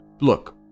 look